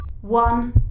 one